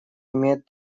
имеет